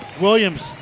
Williams